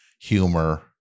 humor